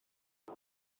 pwy